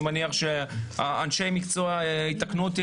אני מניח שאנשי מקצוע יתקנו אותי,